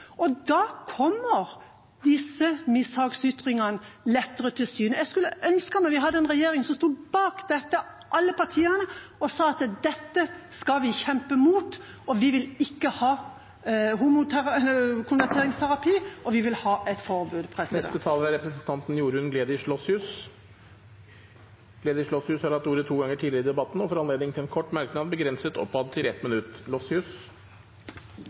splittet, da kommer disse mishagsytringene lettere til syne. Jeg skulle ønske vi hadde en regjering som sto bak dette, alle partiene, og sa at dette skal vi kjempe mot, og vi vil ikke ha konverteringsterapi, vi vil ha et forbud. Representanten Jorunn Gleditsch Lossius har hatt ordet to ganger tidligere og får ordet til en kort merknad, begrenset til 1 minutt.